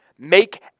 Make